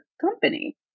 company